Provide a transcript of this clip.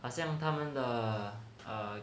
好像他们的 err